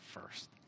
first